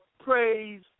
praise